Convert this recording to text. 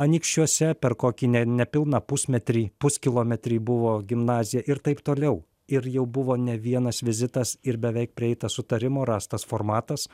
anykščiuose per kokį ne nepilną pusmetrį puskilometrį buvo gimnazija ir taip toliau ir jau buvo ne vienas vizitas ir beveik prieita sutarimo rastas formatas